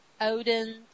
Odin